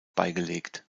beigelegt